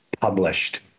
published